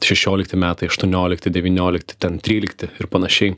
šešiolikti metai aštuoniolikti devyniolikti ten trylikti ir panašiai